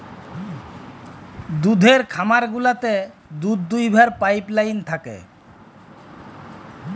দুহুদের খামার গুলাতে দুহুদ দহাবার পাইপলাইল থ্যাকে